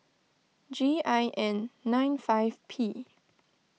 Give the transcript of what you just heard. G I N nine five P